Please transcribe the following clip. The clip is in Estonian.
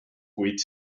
kuid